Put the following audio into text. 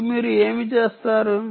ఇప్పుడు మీరు ఏమి చేస్తారు